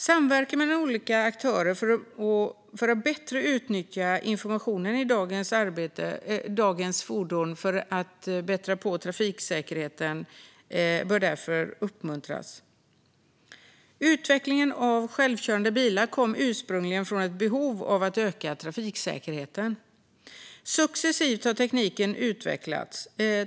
Samverkan mellan olika aktörer för att bättre utnyttja informationen i dagens fordon i syfte att förbättra trafiksäkerheten bör därför uppmuntras. Utvecklingen av självkörande bilar kom ursprungligen från ett behov av att öka trafiksäkerheten. Successivt har tekniken utvecklats.